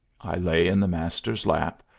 i lay in the master's lap,